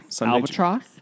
Albatross